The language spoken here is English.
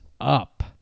up